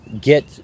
get